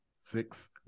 Six